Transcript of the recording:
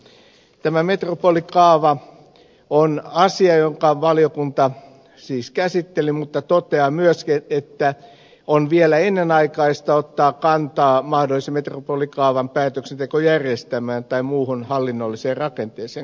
tä mä metropolikaava on asia jonka valiokunta siis käsitteli mutta se toteaa myöskin että on vielä ennenaikaista ottaa kantaa mahdollisen metropolikaavan päätöksentekojärjestelmään tai muuhun hallinnolliseen rakenteeseen